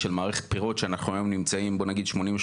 של מערכת בחירות שאנחנו היום נמצאים בוא נגיד 88,